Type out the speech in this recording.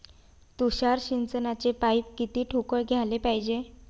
तुषार सिंचनाचे पाइप किती ठोकळ घ्याले पायजे?